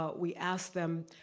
ah we ask them,